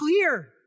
clear